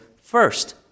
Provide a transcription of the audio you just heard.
first